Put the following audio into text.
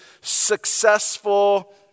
successful